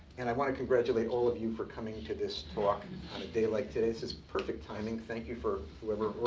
and i want to congratulate all of you for coming to this talk on a day like today. this is perfect timing, thank you for whoever